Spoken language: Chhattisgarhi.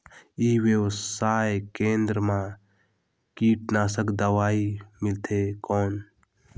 ई व्यवसाय केंद्र मा कीटनाशक दवाई मिलथे कौन?